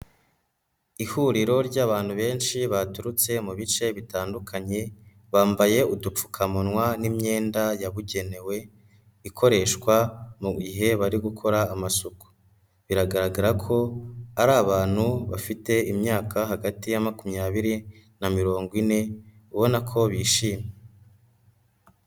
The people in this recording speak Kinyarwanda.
Ihuriro ry'abantu benshi baturutse mu bice bitandukanye, bambaye udupfukamunwa n'imyenda yabugenewe, ikoreshwa mu gihe bari gukora amasuku. Biragaragara ko ari abantu bafite imyaka hagati ya makumyabiri na mirongo ine, ubona ko bishimye.